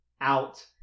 Out